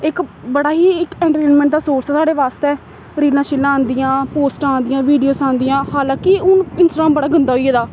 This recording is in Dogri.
इक बड़ा ही इक एंटरटेनमेंट दा सोर्स ऐ साढ़े बास्तै रीलां शीलां आंदियां पोस्टां आंदियां वीडियो आंदियां हालांकि हून इंस्टाग्राम बड़ा गंदा होई गेदा